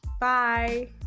bye